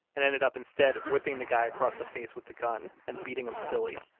and ended up instead whipping the guy across the face with the gun and beating him silly,